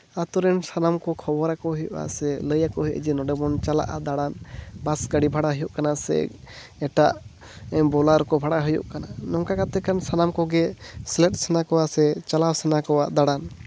ᱟᱹᱛᱩ ᱨᱮᱱ ᱥᱟᱱᱟᱢ ᱠᱚ ᱠᱷᱚᱵᱚᱨ ᱟᱠᱚ ᱦᱩᱭᱩᱜᱼᱟ ᱥᱮ ᱞᱟᱹᱭ ᱟᱠᱚ ᱦᱩᱭᱩᱜᱼᱟ ᱡᱮ ᱱᱚᱰᱮ ᱵᱚᱱ ᱪᱟᱞᱟᱜᱼᱟ ᱫᱟᱬᱟᱱ ᱵᱟᱥ ᱜᱟᱹᱰᱤ ᱵᱷᱟᱲᱟ ᱦᱩᱭᱩᱜ ᱠᱟᱱᱟ ᱥᱮ ᱮᱴᱟᱜ ᱵᱳᱞᱟᱨᱳ ᱠᱚ ᱵᱷᱟᱲᱟ ᱦᱩᱭᱩᱜ ᱠᱟᱱᱟ ᱱᱚᱝᱠᱟ ᱠᱟᱛᱮᱫ ᱠᱷᱟᱱ ᱥᱟᱱᱟᱢ ᱠᱚᱜᱮ ᱥᱮᱞᱮᱫ ᱥᱟᱱᱟ ᱠᱚᱣᱟ ᱥᱮ ᱪᱟᱞᱟᱣ ᱥᱟᱱᱟ ᱠᱚᱣᱟ ᱫᱟᱬᱟᱱ